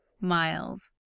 Miles